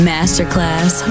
Masterclass